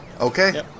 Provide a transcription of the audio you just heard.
Okay